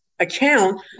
account